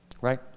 right